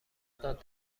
داد